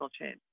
change